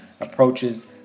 approaches